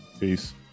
Peace